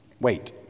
Wait